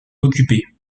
occupée